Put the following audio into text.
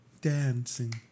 dancing